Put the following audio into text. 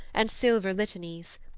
and silver litanies,